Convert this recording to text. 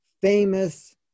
famous